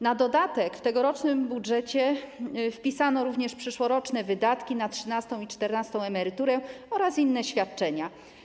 Na dodatek w tegorocznym budżecie zapisano również przyszłoroczne wydatki na 13. i 14. emeryturę oraz inne świadczenia.